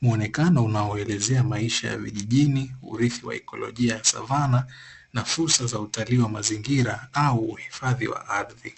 Muonekano unaoelezea maisha ya vijijini, urithi wa ekolojia savana na fursa za utalii wa mazingira au uhifadhi wa ardhi.